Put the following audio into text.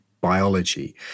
biology